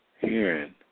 hearing